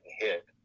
hit